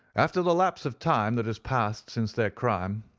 after the lapse of time that has passed since their crime,